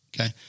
Okay